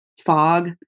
Fog